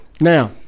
Now